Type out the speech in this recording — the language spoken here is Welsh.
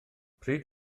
pryd